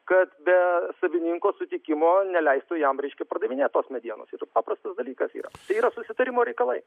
kad be savininko sutikimo neleistų jam reiškia pardavinėt tos medienos yra paprastas dalykas yra yra susitarimo reikalai